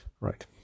Right